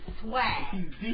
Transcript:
swag